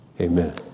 Amen